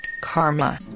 karma